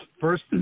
First